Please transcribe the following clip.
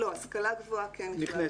לא, השכלה גבוהה כן כאן,